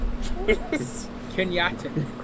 Kenyatta